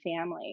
family